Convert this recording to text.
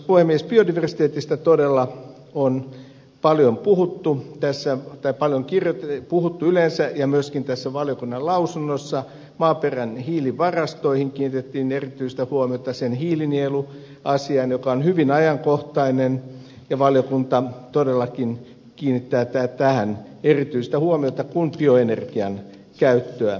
biodiversiteetistä todella on paljon puhuttu yleensä ja myöskin tässä valiokunnan lausunnossa maaperän hiilivarastoihin kiinnitettiin erityistä huomiota hiilinieluasiaan joka on hyvin ajankohtainen ja valiokunta todellakin kiinnittää tähän erityistä huomiota kun bioenergian käyttöä lisätään